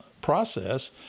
process